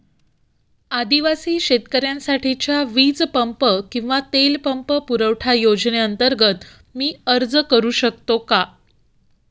आदिवासी शेतकऱ्यांसाठीच्या वीज पंप किंवा तेल पंप पुरवठा योजनेअंतर्गत मी अर्ज करू शकतो का?